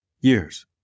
years